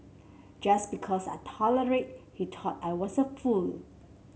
just because I tolerated he thought I was a fool